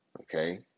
okay